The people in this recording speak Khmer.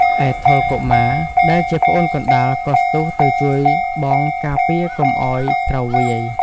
ឯថុល កុមារ ដែលជាប្អូនកណ្ដាលក៏ស្ទុះទៅជួយបងការពារកុំឱ្យត្រូវវាយ។